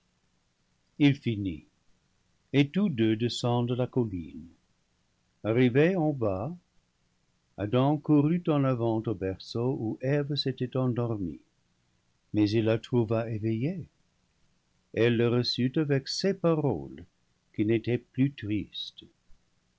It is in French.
et tous deux descendent la colline arrivé au bas adam courut en avant au berceau où eve s'était endormie mais il la trouva éveillée elle le reçut avec ces paroles qui n'étaient plus tristes